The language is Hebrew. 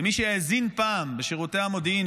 מי שהאזין פעם לשירותי המודיעין,